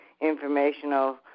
informational